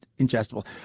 ingestible